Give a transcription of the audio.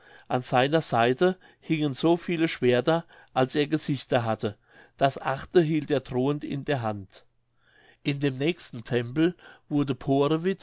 an seiner seite hingen so viele schwerter als er gesichter hatte das achte hielt er drohend in der hand in dem nächsten tempel wurde porevit